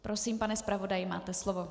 Prosím, pane zpravodaji, máte slovo.